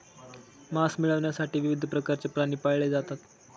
मांस मिळविण्यासाठी विविध प्रकारचे प्राणी पाळले जातात